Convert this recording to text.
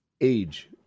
age